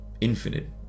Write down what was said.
infinite